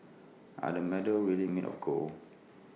are the medals really made of gold